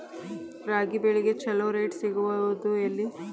ರಾಗಿ ಬೆಳೆಗೆ ಛಲೋ ರೇಟ್ ಸಿಗುದ ಎಲ್ಲಿ?